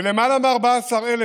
וללמעלה מ-14,000,